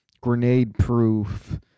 grenade-proof